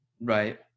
Right